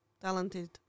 talented